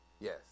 Yes